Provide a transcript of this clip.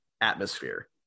atmosphere